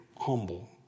humble